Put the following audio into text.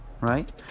right